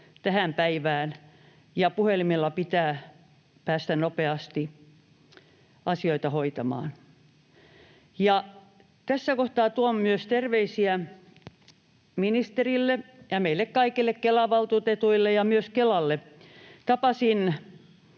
tähän päivään ja puhelimella pitää päästä nopeasti asioita hoitamaan. Tässä kohtaa tuon myös terveisiä ministerille ja meille kaikille Kelan valtuutetuille ja myös Kelalle. Tapasin